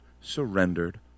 surrendered